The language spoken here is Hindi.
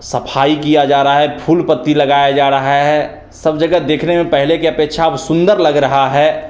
सफाई किया जा रहा है फूल पत्ती लगाया जा रहा है सब जगह देखने में पहले के अपेक्षा अब सुंदर लग रहा है